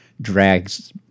drags